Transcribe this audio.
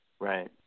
Right